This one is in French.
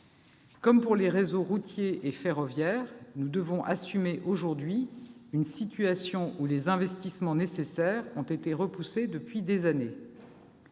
Comme pour les réseaux routier et ferroviaire, nous devons assumer, aujourd'hui, cette situation : les investissements nécessaires ont été repoussés depuis des années.